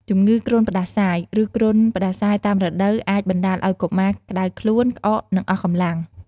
ជម្ងឺគ្រុនផ្តាសាយ ឬគ្រុនផ្តាសាយតាមរដូវអាចបណ្តាលឱ្យកុមារក្តៅខ្លួន ក្អក និងអស់កម្លាំង។